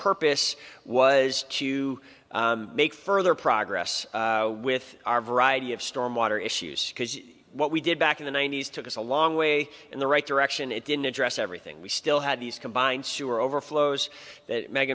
purpose was to make further progress with our variety of storm water issues because what we did back in the ninety's took us a long way in the right direction it didn't address everything we still had these combined sewer overflows